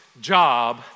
job